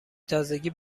تازگی